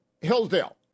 Hillsdale